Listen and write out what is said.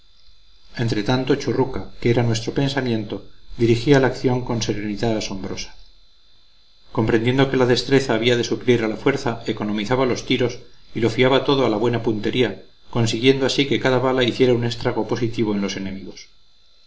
entre tanto churruca que era nuestro pensamiento dirigía la acción con serenidad asombrosa comprendiendo que la destreza había de suplir a la fuerza economizaba los tiros y lo fiaba todo a la buena puntería consiguiendo así que cada bala hiciera un estrago positivo en los enemigos